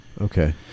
okay